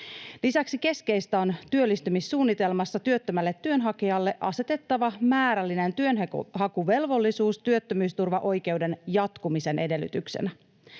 Lisäksi keskeistä on työllistymissuunnitelmassa työttömälle työnhakijalle asetettava määrällinen työnhakuvelvollisuus työttömyysturvaoikeuden jatkumisen edellytyksenä.